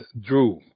drew